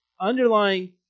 underlying